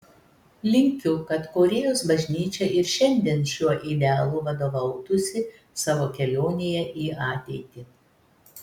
linkiu kad korėjos bažnyčia ir šiandien šiuo idealu vadovautųsi savo kelionėje į ateitį